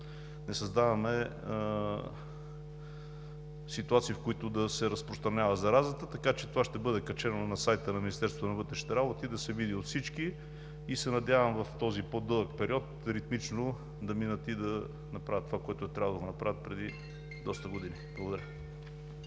не създаваме ситуации, в които да се разпространява заразата, така че това ще бъде качено на сайта на Министерството на вътрешните работи да се види от всички. Надявам се в този по-дълъг период ритмично да минат и да направят това, което е трябвало да направят преди доста години. Благодаря.